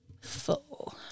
full